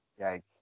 Yikes